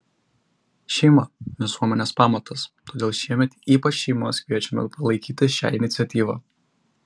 šeima visuomenės pamatas todėl šiemet ypač šeimas kviečiame palaikyti šią iniciatyvą